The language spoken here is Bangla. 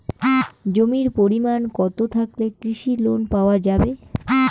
জমির পরিমাণ কতো থাকলে কৃষি লোন পাওয়া যাবে?